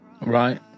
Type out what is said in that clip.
Right